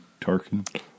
Tarkin